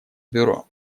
бюро